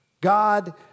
God